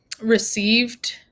received